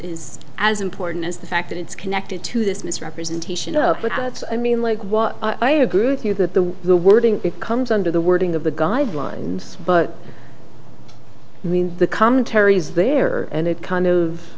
is as important as the fact that it's connected to this misrepresentation of what i mean like what i agree with you that the the wording it comes under the wording of the guidelines but i mean the commentary is there and it kind of